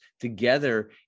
together